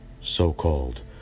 so-called